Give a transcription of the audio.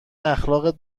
اخالقات